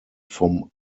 vom